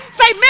say